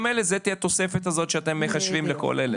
האלה זה תהיה התוספת הזאת שאתם מחשבים לכל אלה,